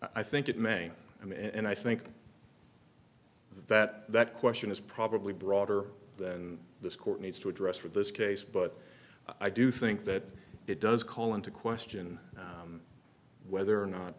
i think it may and i think that that question is probably broader than this court needs to address with this case but i do think that it does call into question whether or not